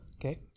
Okay